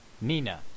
Nina